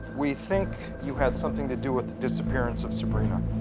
we think you had something to do with the disappearance of sabrina.